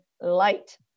light